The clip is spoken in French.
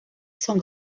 sans